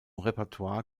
repertoire